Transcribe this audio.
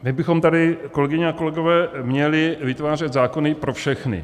My bychom tady, kolegyně a kolegové, měli vytvářet zákony pro všechny.